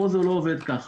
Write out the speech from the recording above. פה זה לא עובד ככה.